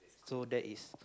so that is